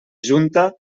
junta